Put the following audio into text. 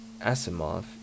Asimov